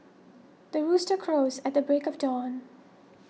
the rooster crows at the break of dawn